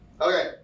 Okay